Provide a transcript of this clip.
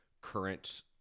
current